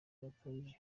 gakabije